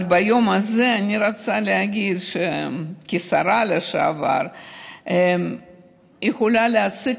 אבל ביום הזה אני רוצה להגיד שכשרה לשעבר אני יכולה להציג